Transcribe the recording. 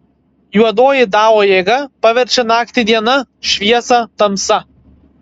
juodoji dao jėga paverčia naktį diena šviesą tamsa